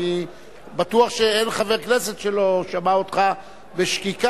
אני בטוח שאין חבר כנסת שלא שמע אותך בשקיקה.